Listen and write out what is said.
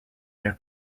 their